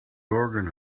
organ